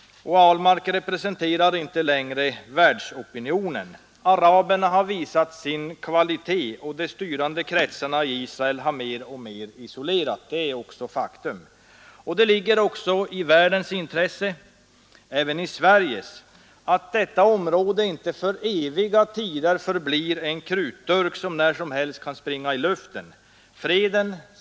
Herr Ahlmark representerar inte längre världsopinionen. Araberna har visat sin kvalitet, och de styrande kretsarna i Israel har mer och mer isolerats. Det ligger också i Sveriges och hela världens intresse att det område det här gäller inte för eviga tider förblir en krutdurk som när som helst kan springa i luften.